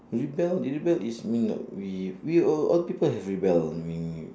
rebel rebel is mean like we we all all people have rebel ah we